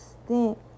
extent